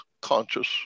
Conscious